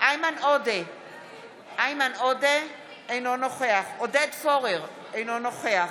איימן עודה, אינו נוכח עודד פורר, אינו נוכח